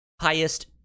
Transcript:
highest